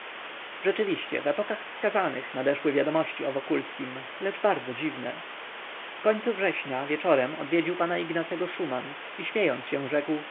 rzeczywiście w epokach wskazanych nadeszły wiadomości o wokulskim lecz bardzo dziwne w końcu września wieczorem odwiedził pana ignacego szuman i śmiejąc się rzekł